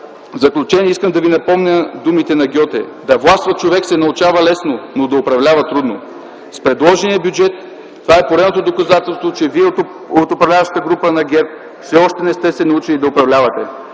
В заключение искам да ви напомня думите на Гьоте: „Да властва човек се научава лесно, но да управлява – трудно”. Предложеният бюджет е поредното доказателство, че вие – управляващата група на ГЕРБ, все още не сте се научили да управлявате.